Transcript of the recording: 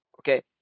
okay